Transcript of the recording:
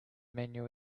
menu